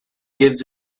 gives